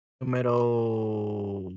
Número